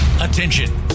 Attention